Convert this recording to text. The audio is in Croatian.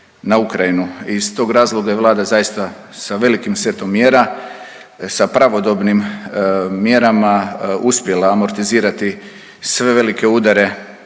na Ukrajini i iz tog razloga Vlada je zaista sa velikim setom mjera, sa pravodobnim mjerama, uspjela amortizirati sve velike udare